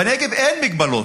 בנגב אין מגבלות.